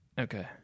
Okay